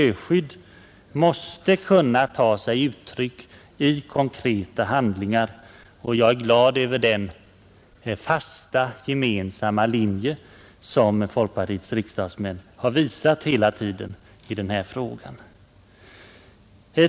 Miljöskydd måste kunna ta sig uttryck i konkreta handlingar. Jag är glad över den fasta, gemensamma linje som just folkpartiets riksdagsmän hela tiden visat i denna fråga! Herr talman!